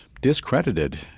discredited